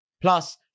Plus